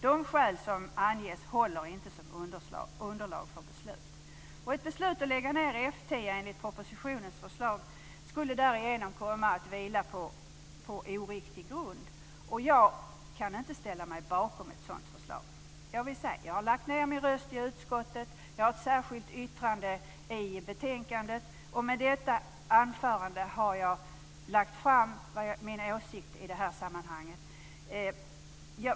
De skäl som anges håller inte som underlag för beslut. Ett beslut att lägga ned F 10 enligt propositionens förslag skulle därigenom komma att vila på oriktig grund. Jag kan inte ställa mig bakom ett sådant förslag. Jag har lagt ned min röst i utskottet, och jag har ett särskilt yttrande i betänkandet. Med detta anförande har jag lagt fram min åsikt i det här sammanhanget.